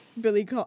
Billy